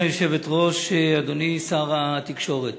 גברתי היושבת-ראש, אדוני שר התקשורת,